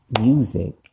music